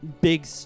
big